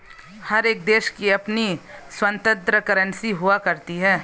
हर एक देश की अपनी स्वतन्त्र करेंसी हुआ करती है